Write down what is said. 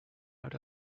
out